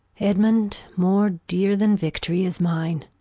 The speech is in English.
edmund, more dear then victory, is mine.